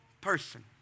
person